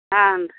ಹಾಂ ರೀ